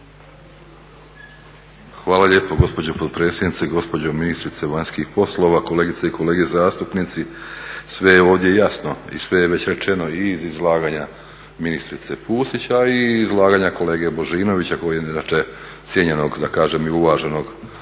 Hvala lijepo gospođo potpredsjednice. Gospođo ministrice vanjskih poslova, kolegice i kolege zastupnici. Sve je ovdje jasno i sve je već rečeno, i iz izlaganja ministrice Pusić, a i izlaganja kolege Božinovića, inače cijenjenog i da kažem uvaženog eksperta